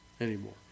anymore